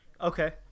Okay